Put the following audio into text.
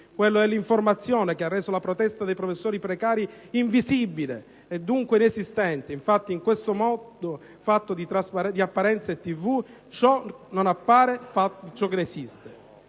quello dell'informazione, che ha reso la protesta dei professori precari invisibile e, dunque, inesistente. Infatti, in questo mondo fatto di apparenza e tv, ciò che non appare, di fatto, non esiste.